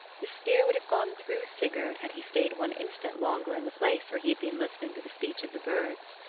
the spear would have gone through sigurd had he stayed one instant longer in the place where he had been listening to the speech of the birds.